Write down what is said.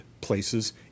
places